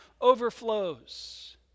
overflows